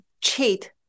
cheat